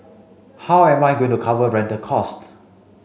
how am I going to cover rental cost